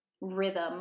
rhythm